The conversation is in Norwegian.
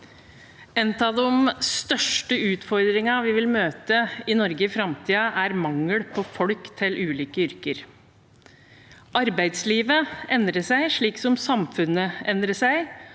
En av de største utford- ringene vi vil møte i Norge i framtiden, er mangel på folk til ulike yrker. Arbeidslivet endrer seg slik som samfunnet endrer seg,